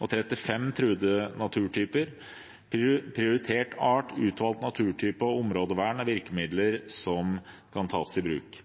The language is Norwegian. og 35 truede naturtyper. Prioritert art, utvalgt naturtype og områdevern er virkemidler som kan tas i bruk.